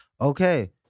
Okay